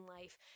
life